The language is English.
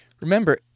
Remember